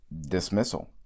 dismissal